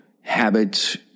habits